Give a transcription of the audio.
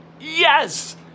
Yes